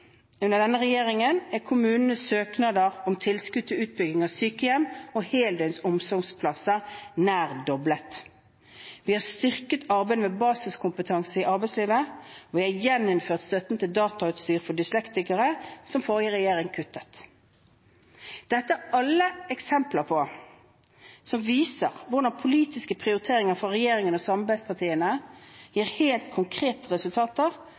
Under denne regjeringen er kommunenes søknader om tilskudd til utbygging av sykehjem og heldøgns omsorgsplasser nær doblet. Vi har styrket arbeidet med basiskompetanse i arbeidslivet. Vi har gjeninnført støtten til datautstyr for dyslektikere, som forrige regjering kuttet. Dette er alle eksempler som viser hvordan politiske prioriteringer fra regjeringen og samarbeidspartiene gir helt konkrete resultater